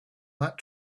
that